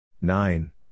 nine